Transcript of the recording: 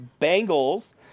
Bengals